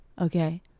Okay